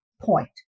point